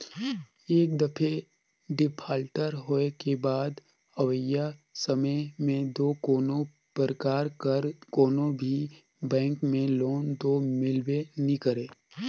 एक दफे डिफाल्टर होए के बाद अवइया समे में दो कोनो परकार कर कोनो भी बेंक में लोन दो मिलबे नी करे